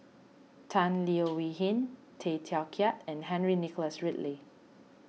Tan Leo Wee Hin Tay Teow Kiat and Henry Nicholas Ridley